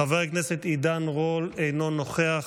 חבר הכנסת עידן רול, אינו נוכח,